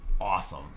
awesome